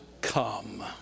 come